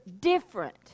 different